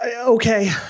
Okay